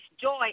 joy